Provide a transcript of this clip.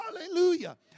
Hallelujah